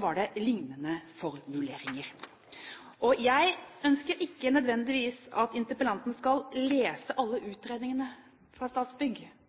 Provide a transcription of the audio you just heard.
var det lignende formuleringer. Jeg ønsker ikke nødvendigvis at interpellanten skal lese alle utredningene fra Statsbygg